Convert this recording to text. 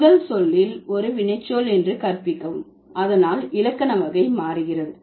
முதல் சொல்லில் ஒரு வினைச்சொல் என்று கற்பிக்கவும் அதனால் இலக்கண வகை மாறுகிறது